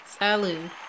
Salud